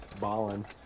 Ballin